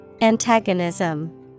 Antagonism